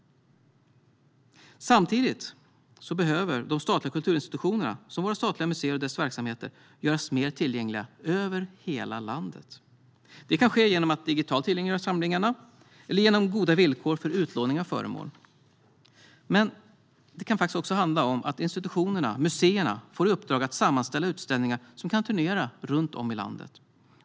Samtidigt behöver de statliga kulturinstitutionerna, som våra statliga museer och deras verksamheter, göras mer tillgängliga över hela landet. Det kan ske genom att digitalt tillgängliggöra samlingarna och genom goda villkor för utlåning av föremål. Men det kan också handla om att institutionerna, museerna, får i uppdrag att sammanställa utställningar som kan turnera runt om i landet.